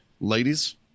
Ladies